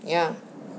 yeah